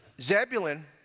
Zebulun